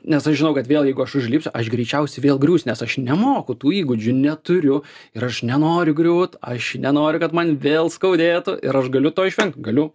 nes aš žinau kad vėl jeigu aš užlipsiu aš greičiausiai vėl griūsiu nes aš nemoku tų įgūdžių neturiu ir aš nenoriu griūt aš nenoriu kad man vėl skaudėtų ir aš galiu to išvengt galiu